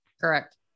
Correct